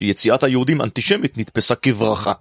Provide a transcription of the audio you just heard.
יציאת היהודים, אנטישמית, נדפסה כברכה